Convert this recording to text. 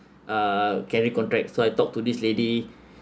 uh can re-contract so I talk to this lady